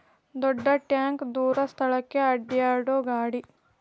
ದೊಡ್ಡ ಟ್ಯಾಂಕ ದೂರ ಸ್ಥಳಕ್ಕ ಅಡ್ಯಾಡು ಗಾಡಿ